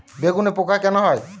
বেগুনে পোকা কেন হয়?